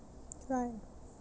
right